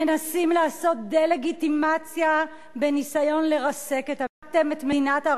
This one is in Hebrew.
מנסים לעשות דה-לגיטימציה בניסיון לרסק את המחאה.